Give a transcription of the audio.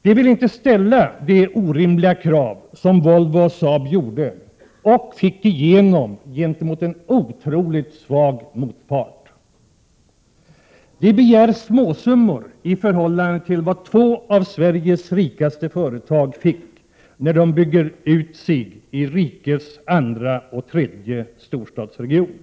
Vi vill inte ställa samma orimliga krav som Volvo och Saab ställde och också fick igenom gentemot en otroligt svag motpart. Vi begär småsummor i jämförelse med vad två av Sveriges rikaste företag har fått i samband med att de bygger ut i rikets andra och tredje största storstadsregioner.